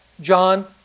John